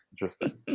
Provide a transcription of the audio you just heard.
Interesting